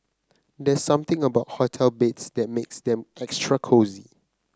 there's something about hotel beds that makes them extra cosy